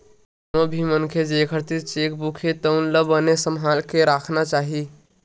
कोनो भी मनखे जेखर तीर चेकबूक हे तउन ला बने सम्हाल के राखना चाही